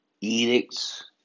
edicts